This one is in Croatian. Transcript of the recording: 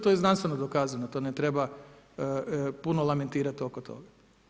To je znanstveno dokazano, to ne treba puno lementirai oko toga.